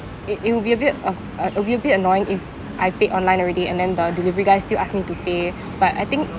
it it would be a bit of a it would be a bit annoying if I paid online already and then the delivery guy still ask me to pay but I think